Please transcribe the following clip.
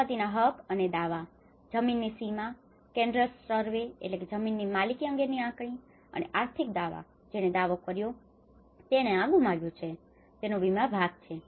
સંપત્તિના હક અને દાવા જમીનની સીમા કેડસ્ટ્રલ સર્વે cadastral survey જમીનની માલિકી અંગેની આંકણી અને આર્થિક દાવા જેણે દાવો કર્યો છે કે તેણે આ ગુમાવ્યું છે તેનો વીમા ભાગ છે